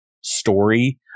story